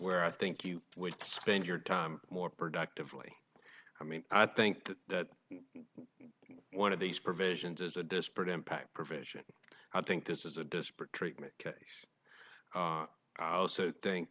where i think you would spend your time more productively i mean i think that one of these provisions is a disparate impact provision i think this is a disparate treatment case also think